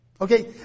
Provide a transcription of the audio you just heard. Okay